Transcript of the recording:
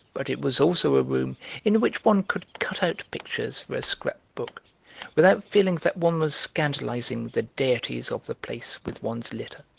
but it was also a room in which one could cut out pictures for a scrap-book without feeling that one was scandalising the deities of the place with one's litter.